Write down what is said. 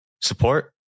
support